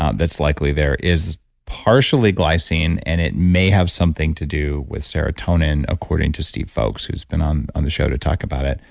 um that's likely there is partially glycine and it may have something to do with serotonin, according to steve fowkes who's been on on the show to talk about it.